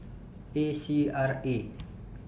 A C R A